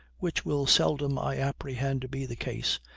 which will seldom i apprehend be the case,